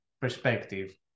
perspective